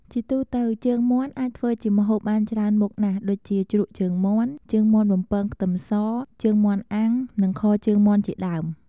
ជាទូទៅជើងមាន់អាចធ្វើជាម្ហូបបានច្រើនមុខណាស់ដូចជា ជ្រក់ជើងមាន់ ជើងមាន់បំពងខ្ទឹមស ជើងមាន់អាំង និងខជើងមាន់ជាដើម។